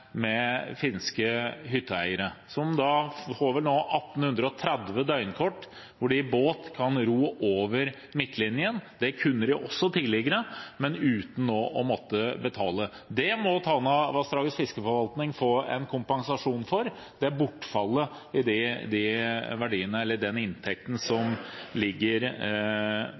finske hytteeiere, som vel nå får 1 830 døgnkort og kan ro i båt over midtlinjen. Det kunne de også tidligere, men uten å måtte betale. Bortfallet av den inntekten som ligger der, må Tanavassdragets fiskeforvaltning få en kompensasjon for. Det er ikke sånn at Finland får innflytelse på sjølaksefisket. De